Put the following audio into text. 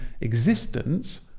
existence